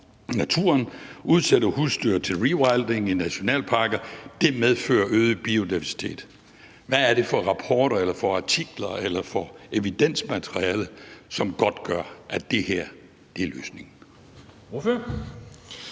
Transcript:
naturen, udsætter husdyr til rewilding i nationalparker, medfører øget biodiversitet. Hvad er det for rapporter eller artikler eller evidensmateriale, som godtgør, at det her er løsningen?